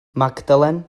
magdalen